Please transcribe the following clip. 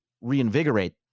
reinvigorate